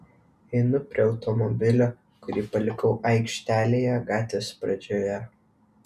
einu prie automobilio kurį palikau aikštelėje gatvės pradžioje